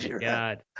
God